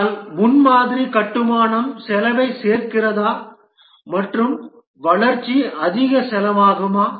ஆனால் முன்மாதிரி கட்டுமானம் செலவைச் சேர்க்கிறதா மற்றும் வளர்ச்சி அதிக செலவாகுமா